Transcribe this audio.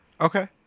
Okay